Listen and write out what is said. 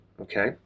okay